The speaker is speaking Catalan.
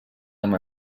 amb